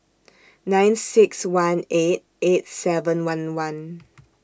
nine six one eight eight seven one one